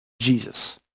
Jesus